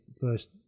first